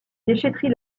déchèterie